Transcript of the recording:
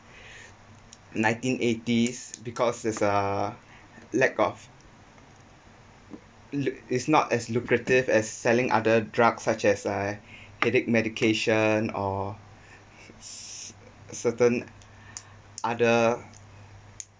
nineteen eighties because there's uh lack of is not as lucrative as selling other drugs such as like headache medication or certain other